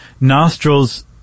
nostrils